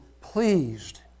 pleased